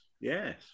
Yes